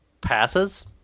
passes